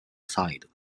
side